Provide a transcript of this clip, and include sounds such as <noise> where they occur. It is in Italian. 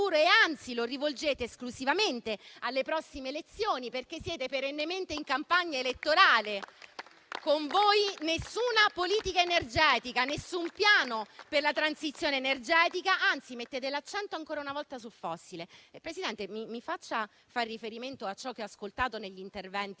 e, anzi, lo rivolgete esclusivamente alle prossime elezioni, perché siete perennemente in campagna elettorale. <applause> Con voi nessuna politica energetica, nessun piano per la transizione energetica; anzi, mettete l'accento ancora una volta sul fossile. Signora Presidente, mi faccia far riferimento a ciò che ho ascoltato negli interventi